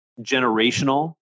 generational